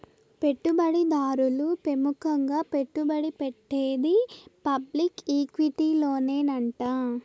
పెట్టుబడి దారులు పెముకంగా పెట్టుబడి పెట్టేది పబ్లిక్ ఈక్విటీలోనేనంట